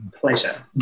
pleasure